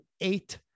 eight